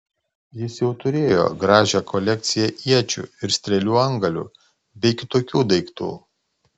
jis jau turėjo gražią kolekciją iečių ir strėlių antgalių bei kitokių daiktų